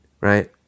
right